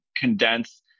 condense